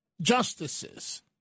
justices